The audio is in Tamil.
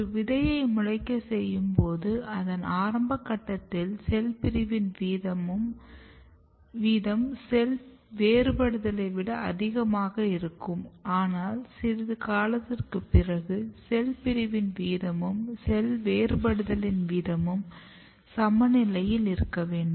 ஒரு விதையை முளைக்க செய்யும் போது அதன் ஆரம்ப கட்டத்தில் செல் பிரிவின் வீதம் செல் வேறுபடுதலை விட அதிகமாக இருக்கும் ஆனால் சிறுது காலத்திற்கு பிறகு செல் பிரிவின் வீதமும் செல் வேறுபடுத்தலின் வீதமும் சமநிலையில் இருக்க வேண்டும்